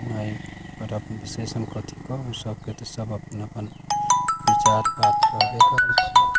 विशेष हम कथी कहू सबके तऽ सब अपने अपन विचार बात करबे करै छै